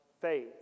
faith